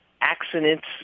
Accidents